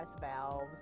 valves